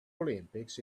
olympics